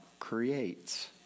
creates